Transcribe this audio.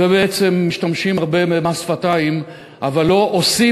ובעצם משתמשים הרבה במס שפתיים אבל לא עושים